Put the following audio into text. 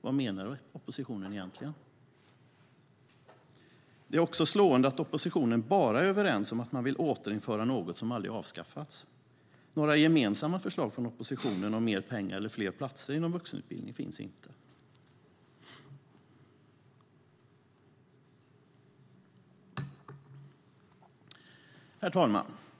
Vad menar oppositionen egentligen? Det är också slående att oppositionen bara är överens om att man vill återinföra något som aldrig avskaffats. Några gemensamma förslag från oppositionen om mer pengar eller fler platser inom vuxenutbildningen finns inte. Herr talman!